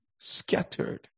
scattered